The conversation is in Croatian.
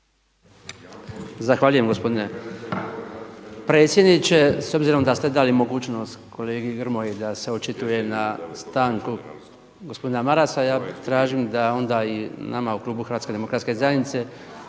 Zahvaljujem gospodine predsjedniče. S obzirom da ste dali mogućnost kolegi Grmoji da se očituje na stanku gospodina Marasa ja tražim da onda i nama u klubu HDZ-a omogućite da se